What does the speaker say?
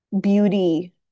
beauty